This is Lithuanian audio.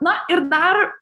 na ir dar